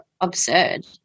absurd